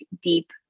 deep